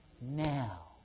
Now